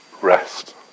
rest